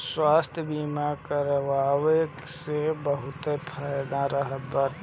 स्वास्थ्य बीमा करवाए से बहुते फायदा रहत बाटे